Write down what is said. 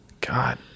God